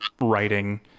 writing